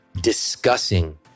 discussing